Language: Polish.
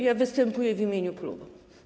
Ja występuję w imieniu klubu.